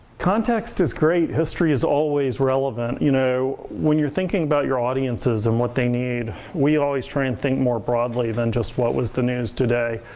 context is great. history is always relevant. you know, when you're thinking about audiences and what they need, we always try and think more broadly than just what was the news today?